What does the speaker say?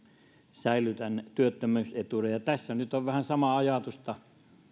säilytän työttömyysetuuden ja tässä nyt on vähän samaa ajatusta